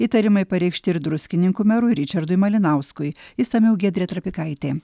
įtarimai pareikšti ir druskininkų merui ričardui malinauskui išsamiau giedrė trapikaitė